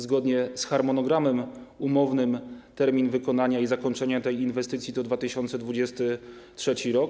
Zgodnie z harmonogramem umownym termin wykonania i zakończenia tej inwestycji to 2023 r.